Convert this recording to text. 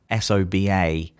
SOBA